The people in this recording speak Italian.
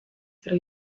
tra